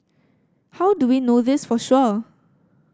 how do we know this for sure